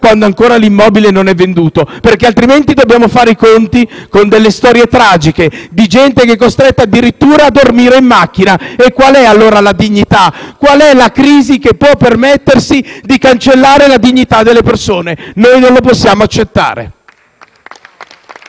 quando ancora l'immobile non è venduto, altrimenti dobbiamo fare i conti con delle storie tragiche di gente che è costretta addirittura a dormire in macchina. Qual è allora la dignità? Qual è la crisi che può permettersi di cancellare la dignità delle persone? Noi non lo possiamo accettare!